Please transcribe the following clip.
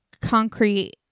concrete